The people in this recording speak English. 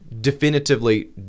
definitively